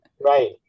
right